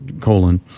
colon